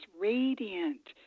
radiant